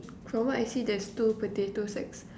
from what I see there's two potato sacks